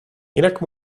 jinak